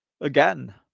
Again